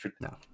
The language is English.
No